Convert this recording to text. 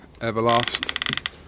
Everlast